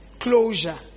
Closure